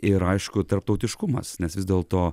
ir aišku tarptautiškumas nes vis dėlto